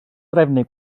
drefnu